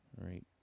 right